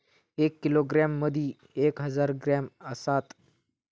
एक किलोग्रॅम मदि एक हजार ग्रॅम असात